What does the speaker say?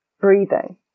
breathing